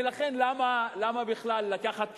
לכן למה בכלל לקחת,